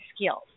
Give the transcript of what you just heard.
skills